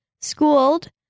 Schooled